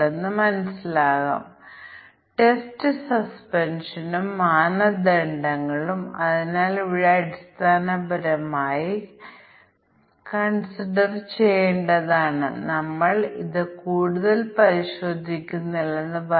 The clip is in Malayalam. അല്ലെങ്കിൽ നമുക്ക് n പരാമീറ്ററുകൾ ഉണ്ടെങ്കിൽ ഓരോ അതിരുകൾക്കും നമുക്ക് 4n1 ടെസ്റ്റ് കേസുകൾ ആവശ്യമാണ് നമ്മൾ നെഗറ്റീവ് ടെസ്റ്റ് കേസുകൾ പരിഗണിക്കുന്നില്ലെങ്കിൽ